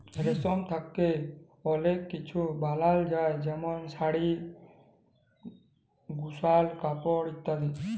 রেশম থ্যাকে অলেক কিছু বালাল যায় যেমল শাড়ি, ওড়লা, কাপড় ইত্যাদি